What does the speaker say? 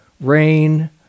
rain